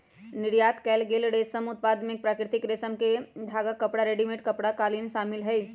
निर्यात कएल गेल रेशम उत्पाद में प्राकृतिक रेशम के धागा, कपड़ा, रेडीमेड कपड़ा, कालीन शामिल हई